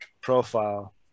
profile